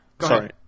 Sorry